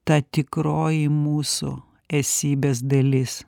ta tikroji mūsų esybės dalis